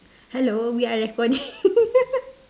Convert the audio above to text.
hello we are recording